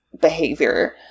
behavior